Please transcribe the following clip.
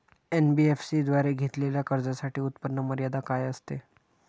NBFC द्वारे घेतलेल्या कर्जासाठी उत्पन्न मर्यादा काय असते?